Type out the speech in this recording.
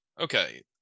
okay